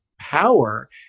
power